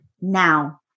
now